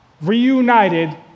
reunited